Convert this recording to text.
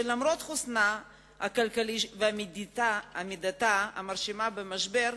ולמרות חוסנה ועמידתה המרשימה במשבר,